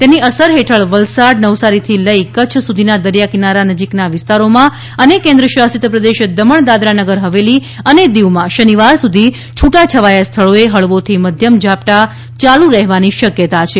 તેની અસર હેઠળ વલસાડ નવસારીથી લઇ કચ્છ સુધીના દરિયાકિનારા નજીકના વિસ્તારોમાં અને કેન્ર્ શાશિત પ્રદેશ દમણ દાદરાનગર હવેલી અને દિવમાં શનિવાર સુધી છૂટાછવાયાં સ્થળોએ હળવાથી મધ્યમ ઝાપટાં ચાલુ રહેવાની શક્યાતા છે